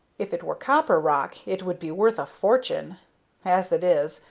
if it were copper rock it would be worth a fortune as it is,